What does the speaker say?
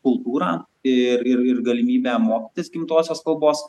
kultūrą ir ir galimybę mokytis gimtosios kalbos